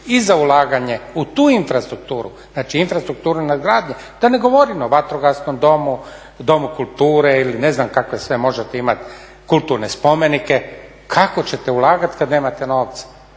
i za ulaganje u tu infrastrukturu, znači infrastrukturu nadgradnje, da ne govorim o Vatrogasnom domu, Domu kulture ili ne znam kakve sve možete imati kulturne spomenike. Kako ćete ulagati kad nemate novca?